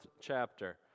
chapter